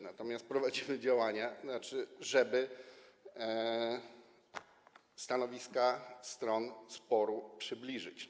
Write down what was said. Natomiast prowadzimy działania, żeby stanowiska stron sporu przybliżyć.